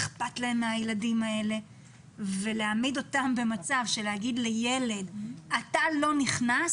אכפת להם מהילדים האלה ולהעמיד אותם במצב בו הם יאמרו לילד שהוא לא נכנס